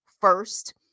first